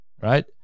right